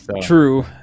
True